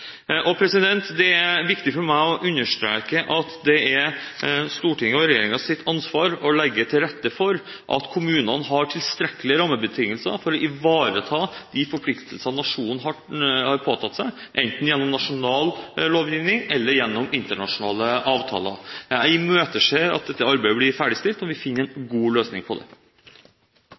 Det er viktig for meg å understreke at det er Stortinget og regjeringens ansvar å legge til rette for at kommunene har tilstrekkelige rammebetingelser for å ivareta de forpliktelsene nasjonen har påtatt seg, enten gjennom nasjonal lovgivning eller gjennom internasjonale avtaler. Jeg imøteser at dette arbeidet blir ferdigstilt når vi finner en god løsning på det.